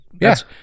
yes